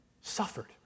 suffered